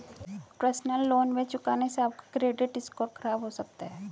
personal loan न चुकाने से आप का क्रेडिट स्कोर खराब हो सकता है